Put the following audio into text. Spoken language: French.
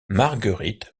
marguerite